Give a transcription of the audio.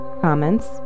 Comments